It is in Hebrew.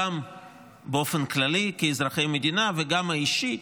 גם באופן כללי כאזרחי המדינה וגם הביטחון האישי,